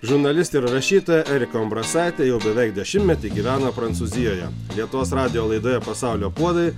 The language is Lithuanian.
žurnalistė ir rašytoja erika umbrasaitė jau beveik dešimtmetį gyvena prancūzijoje lietuvos radijo laidoje pasaulio puodai